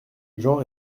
jean